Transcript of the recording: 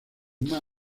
más